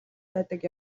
байдаг